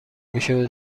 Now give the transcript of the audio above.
میشه